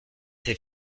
ses